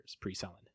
pre-selling